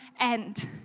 end